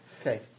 Okay